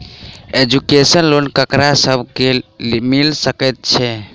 Education loan ककरा सब केँ मिल सकैत छै?